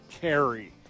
carry